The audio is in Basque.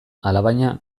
alabaina